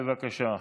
בבקשה.